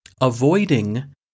avoiding